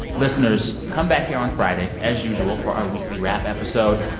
listeners, come back here on friday, as usual, for our weekly wrap episode.